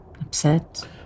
upset